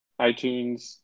iTunes